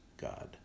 God